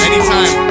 Anytime